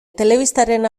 telebistaren